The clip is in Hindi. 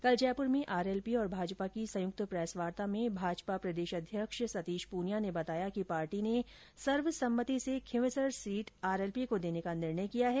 कल जयपुर में आरएलपी और भाजपा की संयुक्त प्रेसवार्ता में भाजपा प्रदेशाध्यक्ष सतीश पृनिया ने बताया कि पार्टी ने सर्वसम्मति से खींवसर सीट आरएलपी को देने का निर्णय किया है